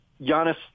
Giannis